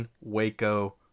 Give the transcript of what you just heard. Waco